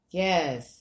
yes